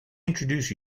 introduce